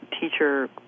teacher